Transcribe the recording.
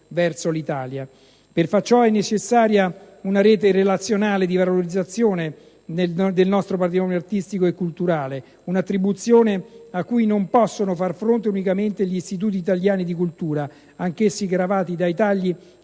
verso l'Italia. Per far ciò è necessaria una rete relazionale di valorizzazione del nostro patrimonio artistico e culturale, un'attribuzione a cui non possono far fronte unicamente gli Istituti italiani di cultura, anch'essi gravati dai tagli